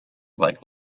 like